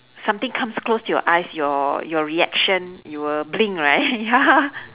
something comes close to your eyes your your reaction you will blink right ya